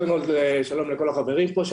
שלום לכל החברים פה.